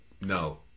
no